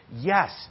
Yes